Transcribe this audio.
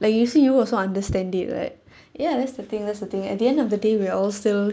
like you see you also understand it right ya that's the thing that's the thing at the end of the day we're all still